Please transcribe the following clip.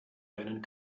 deinen